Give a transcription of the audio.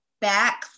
back